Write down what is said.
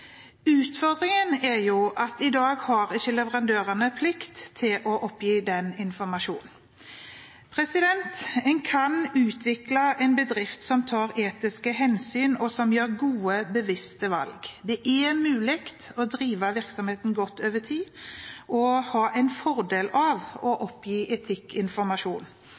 Utfordringen er at leverandørene i dag ikke har plikt til å oppgi den informasjonen. En kan utvikle en bedrift som tar etiske hensyn, og som gjør gode, bevisste valg. Det er mulig å drive virksomheten godt over tid og ha en fordel av å oppgi etikkinformasjon.